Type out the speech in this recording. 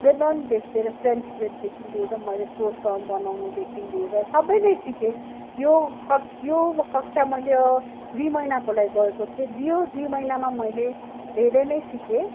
ब्रेडमा पनि धेरै फ्रेन्च ब्रेडदेखि लिएर मैले कसार बनाउनुदेखि लिएर सबै नै सिकेँ यो कक् यो कक्षा मैले दुइ महिनाको लागि गरेको थिएँ त्यो दुई महिनामा मैले धेरै नै सिकेँ